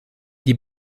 die